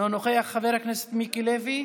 אינו נוכח, חבר הכנסת מיקי לוי,